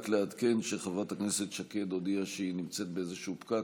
רק לעדכן שחברת הכנסת שקד הודיעה שהיא נמצאת באיזשהו פקק,